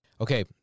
Okay